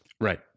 Right